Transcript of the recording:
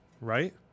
right